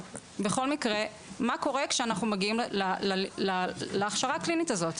בכל מקרה מה קורה כשאנחנו מגיעים להכשרה הקלינית הזאת?